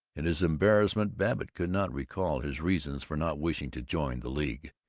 in his embarrassment babbitt could not recall his reasons for not wishing to join the league,